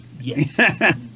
Yes